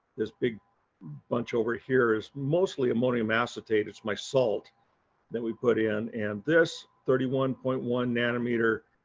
this big bunch over here is mostly ammonium acetate, it's my salt that we put in. and this thirty one point one nanometer